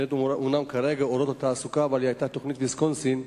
נקראת אומנם כרגע "אורות לתעסוקה" אבל היא היתה תוכנית ויסקונסין,